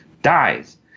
dies